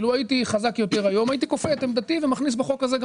לו הייתי חזק יותר היום הייתי כופה את עמדתי ומכניס בחוק הזה גם